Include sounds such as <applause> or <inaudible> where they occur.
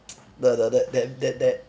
<noise> the the that that that that